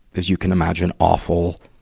as you can imagine, awful.